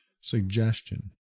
suggestion